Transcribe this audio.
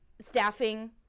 staffing